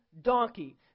donkey